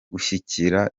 gushyigikira